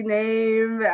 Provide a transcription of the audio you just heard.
name